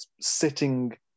sitting